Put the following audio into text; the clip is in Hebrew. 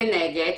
כנגד,